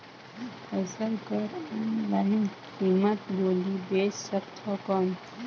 फसल कर ऑनलाइन कीमत बोली बेच सकथव कौन?